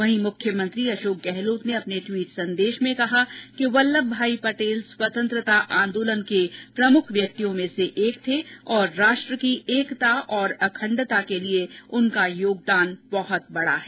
वहीं मुख्यमंत्री अशोक गहलोत ने अपने ट्वीट संदेश में कहा कि वल्लभ भाई पटेल स्वतंत्रता आंदोलन के प्रमुख व्यक्तियों में से एक थे और राष्ट्र की एकता और अखंडता के लिए उनका योगदान बहुत बड़ा है